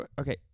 okay